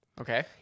Okay